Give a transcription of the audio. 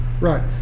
Right